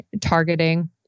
targeting